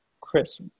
chris